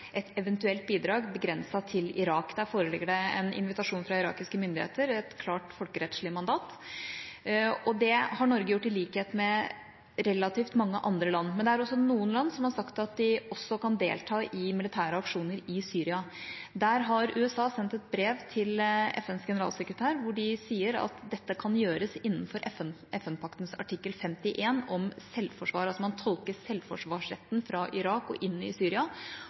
et eventuelt bidrag begrenset til Irak. Det foreligger en invitasjon fra irakiske myndigheter – et klart folkerettslig mandat. Det har Norge gjort i likhet med relativt mange andre land. Men det er noen land som har sagt at de også kan delta i militære aksjoner i Syria. USA har sendt et brev til FNs generalsekretær, hvor de sier at dette kan gjøres innenfor FN-paktens artikkel 51 om selvforsvar, man tolker altså selvforsvarsretten fra Irak og inn i Syria